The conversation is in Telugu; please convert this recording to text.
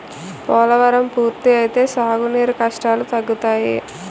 పోలవరం పూర్తి అయితే సాగు నీరు కష్టాలు తగ్గుతాయి